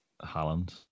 Holland